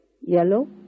yellow